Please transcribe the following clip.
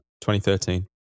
2013